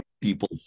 people